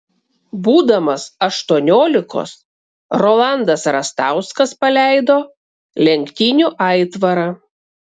būdamas aštuoniolikos rolandas rastauskas paleido lenktynių aitvarą